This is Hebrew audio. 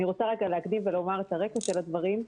אני רוצה להקדים ולומר את הרקע של הדברים.